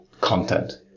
content